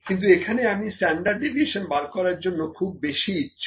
কিন্তু এখানে আমি স্ট্যান্ডার্ড ডেভিয়েশন বার করার জন্য খুব বেশি ইচ্ছুক